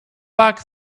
back